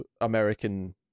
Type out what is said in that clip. American